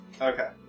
Okay